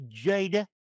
Jada